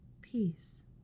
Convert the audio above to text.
peace